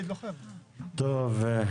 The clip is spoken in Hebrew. טוב.